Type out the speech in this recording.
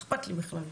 מה אכפת לי בכלל?